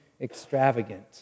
extravagant